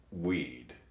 weed